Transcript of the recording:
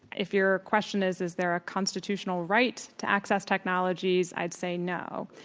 if your question is, is there a constitutional right to access technologies, i'd say no.